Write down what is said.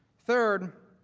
third